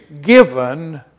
given